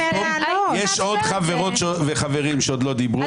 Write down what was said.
יש עוד חברות וחברים שעוד לא דיברו.